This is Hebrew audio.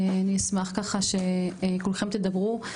אני אשמח שכולכם תדברו,